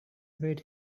await